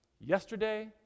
yesterday